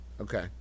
Okay